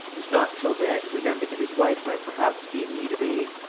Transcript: and, not till then, remembered that his wife might perhaps be in need of aid